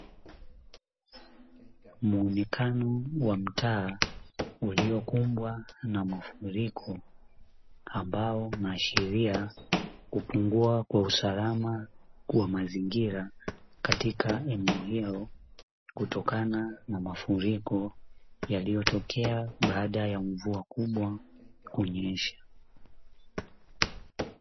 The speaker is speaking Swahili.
Muonekano wa mtaa uliokumbwa na mafuriko, ambao unaashiria kupungua kwa usalama wa mazingira katika eneo hilo, kutokana na mafuriko yaliyotokea baada ya mvua kubwa kunyesha.